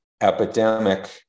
epidemic